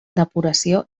depuració